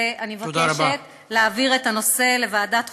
אני מבקשת להעביר את הנושא לוועדת החוקה,